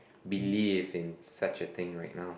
believe in such a thing right now